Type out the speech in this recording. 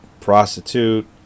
Prostitute